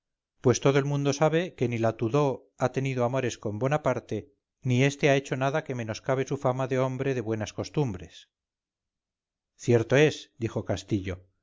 pues todo el mundo sabe que ni la tudó ha tenido amores con bonaparte ni este ha hecho nada que menoscabe su fama de hombre de buenas costumbres cierto es dijo castillo